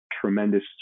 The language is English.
tremendous